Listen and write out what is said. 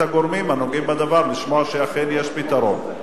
הגורמים הנוגעים בדבר לשמוע שאכן יש פתרון.